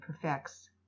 perfects